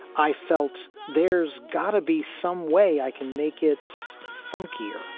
i felt there's gotta be some way i can make its funkier,